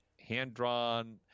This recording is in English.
hand-drawn